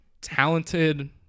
talented